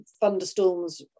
thunderstorms